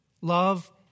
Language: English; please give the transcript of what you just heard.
Love